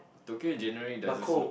Tokyo in January doesn't snow